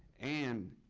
and,